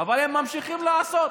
אבל הם ממשיכים לעשות.